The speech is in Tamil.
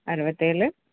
அறுவத்தேழு